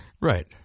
right